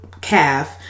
calf